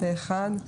הצבעה בעד,